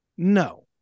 No